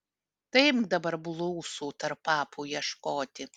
tai imk dabar blusų tarp papų ieškoti